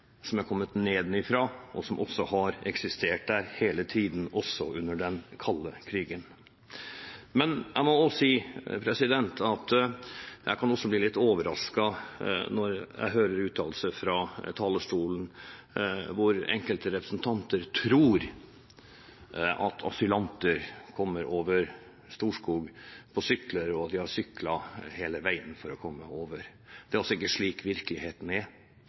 som har kommet nedenfra, og som har eksistert der hele tiden, også under den kalde krigen. Men jeg kan også bli litt overrasket når jeg hører uttalelser fra talerstolen fra enkelte representanter som tror at asylanter som kommer over Storskog, har syklet hele veien for å komme over. Det er ikke slik virkeligheten er.